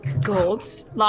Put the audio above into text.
Gold